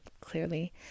clearly